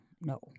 no